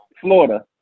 Florida